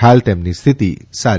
હાલ તેમની સ્થિતિ સારી છે